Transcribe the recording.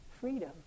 freedom